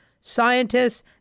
scientists